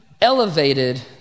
elevated